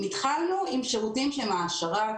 אם התחלנו עם שירותים שהם העשרה,